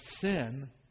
sin